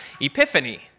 epiphany